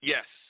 Yes